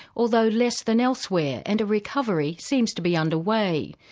although less than elsewhere, and a recovery seems to be under way.